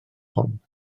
hwn